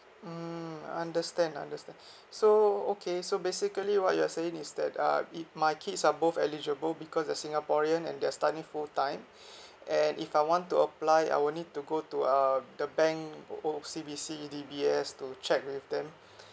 mmhmm understand understand so okay so basically what you're saying is that uh if my kids are both eligible because they're singaporean and they're studying full time and if I want to apply I will need to go to um the bank O O_C_B_C D_B_S to check with them